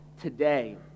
today